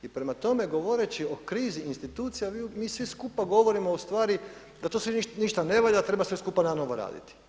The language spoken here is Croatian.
I prema tome govoreći o krizi institucija mi svi skupa govorimo ustvari da to sve ništa ne valja, treba sve skupa na novo raditi.